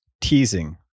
teasing